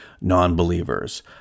non-believers